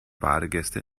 badegäste